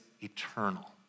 eternal